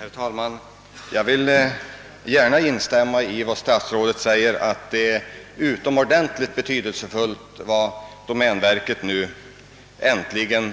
Herr talman! Jag vill gärna instämma i vad statsrådet säger att de åtgärder som domänverket nu äntligen har